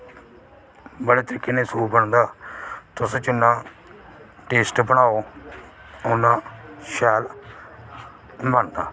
बड़े तरीके कन्नै सूप बनदा तुस जिन्ना टेस्ट बनाओ उन्ना शैल बनदा